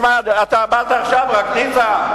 תשמע, אתה באת רק עכשיו, ניצן.